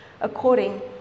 according